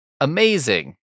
Amazing